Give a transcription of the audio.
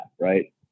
right